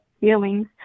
feelings